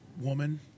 woman